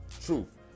truth